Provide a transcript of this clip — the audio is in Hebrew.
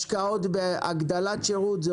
השקעות בהגדלת שירות,